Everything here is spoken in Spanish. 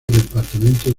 departamento